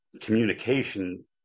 communication